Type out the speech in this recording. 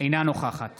אינה נוכחת